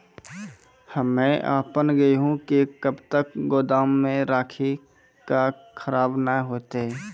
हम्मे आपन गेहूँ के कब तक गोदाम मे राखी कि खराब न हते?